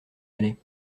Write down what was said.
allait